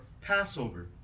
Passover